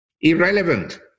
Irrelevant